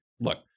Look